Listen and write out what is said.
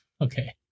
Okay